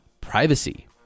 privacy